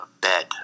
bed